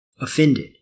offended